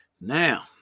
Now